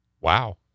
wow